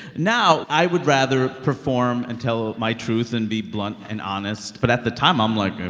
now i would rather perform and tell my truth and be blunt and honest. but at the time, i'm like